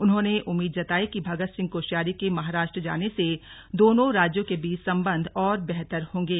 उन्होंने उम्मीद जताई कि भगत सिंह कोश्यारी के महाराष्ट्र जाने से दोनों राज्यों के बीच संबंध और बेहतर होंगे